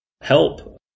help